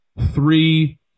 three